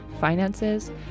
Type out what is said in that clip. finances